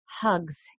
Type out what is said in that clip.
Hugs